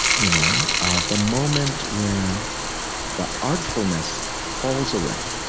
you know ah the moment where the artfulness falls away,